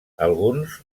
alguns